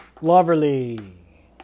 Loverly